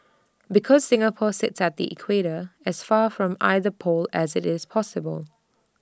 because Singapore sits at the equator as far from either pole as IT is possible